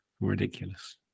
ridiculous